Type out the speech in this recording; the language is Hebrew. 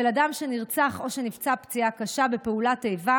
של אדם שנרצח או שנפצע פציעה קשה בפעולת איבה